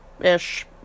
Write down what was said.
ish